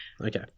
okay